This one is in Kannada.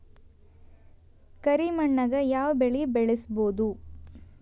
ಕರಿ ಮಣ್ಣಾಗ್ ಯಾವ್ ಬೆಳಿ ಬೆಳ್ಸಬೋದು?